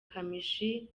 kamichi